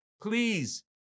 Please